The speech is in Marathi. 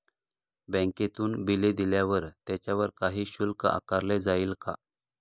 बँकेतून बिले दिल्यावर त्याच्यावर काही शुल्क आकारले जाईल का?